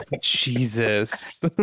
Jesus